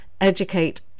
educate